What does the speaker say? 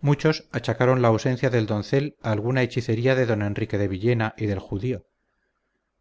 muchos achacaron la ausencia del doncel a alguna hechicería de don enrique de villena y del judío